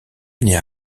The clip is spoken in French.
nait